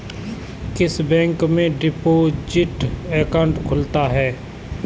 किस बैंक में deposit account खुलता है?